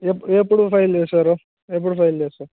ఎప్పు ఎప్పుడు ఫైల్ చేశారు ఎప్పుడు ఫైల్ చేశారు